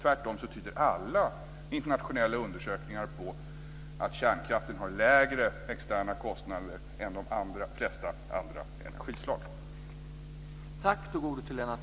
Tvärtom tyder alla internationella undersökningar på att kärnkraften har lägre externa kostnader än de flesta andra energislag.